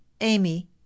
amy